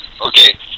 okay